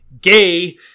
Gay